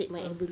ah